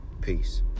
Peace